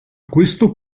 questo